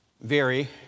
vary